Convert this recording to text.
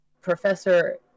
Professor